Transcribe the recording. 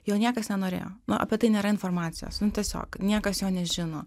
jo niekas nenorėjo apie tai nėra informacijos nu tiesiog niekas jo nežino